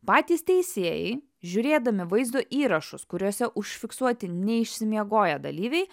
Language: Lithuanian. patys teisėjai žiūrėdami vaizdo įrašus kuriuose užfiksuoti neišsimiegoję dalyviai